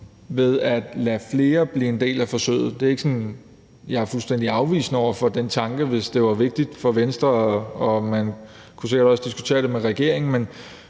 ved at lade flere blive en del af forsøget – det er ikke sådan, at jeg er fuldstændig afvisende over for den tanke, hvis det var vigtigt for Venstre, og man kunne sikkert også diskutere det med regeringen